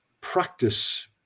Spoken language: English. practice